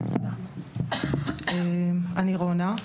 לכולם, אני רונה,